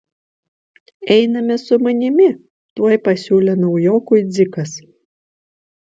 einame su manimi tuoj pasiūlė naujokui dzikas